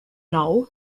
now